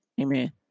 Amen